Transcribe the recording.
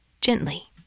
Gently